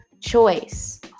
choice